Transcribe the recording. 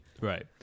Right